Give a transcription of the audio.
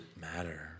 matter